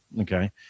Okay